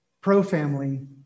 pro-family